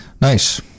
nice